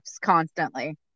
constantly